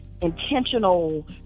intentional